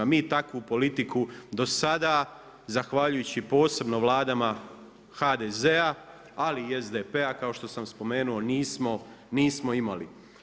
Mi takvu politiku do sada zahvaljujući posebno vladama HDZ-a ali i SDP-a kao što sam spomenuo nismo, nismo imali.